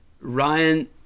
Ryan